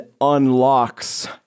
unlocks